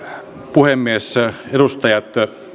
puhemies edustajat